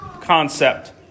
concept